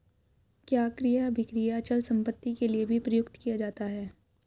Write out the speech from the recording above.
क्या क्रय अभिक्रय अचल संपत्ति के लिये भी प्रयुक्त किया जाता है?